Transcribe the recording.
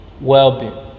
well-being